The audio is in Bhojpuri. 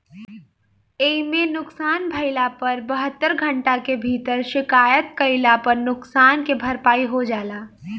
एइमे नुकसान भइला पर बहत्तर घंटा के भीतर शिकायत कईला पर नुकसान के भरपाई हो जाला